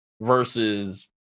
versus